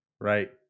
right